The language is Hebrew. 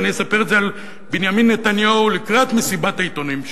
ואני אספר את זה על בנימין נתניהו לקראת מסיבת העיתונאים שלו,